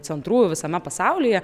centrų visame pasaulyje